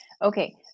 Okay